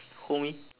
homie